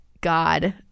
God